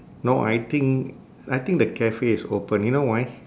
no I think I think the cafe is open you know why